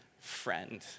friend